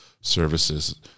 services